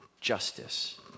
justice